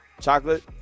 chocolate